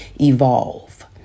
Evolve